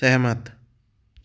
सहमत